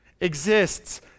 exists